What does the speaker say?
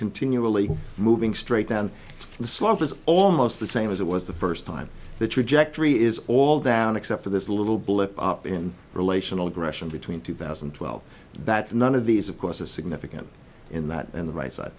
continually moving straight down the slope is almost the same as it was the first time the trajectory is all down except for this little blip in relational aggression between two thousand and twelve that none of these of course is significant in that in the right side